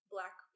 Black